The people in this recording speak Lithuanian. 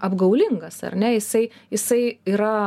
apgaulingas ar ne jisai jisai yra